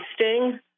sting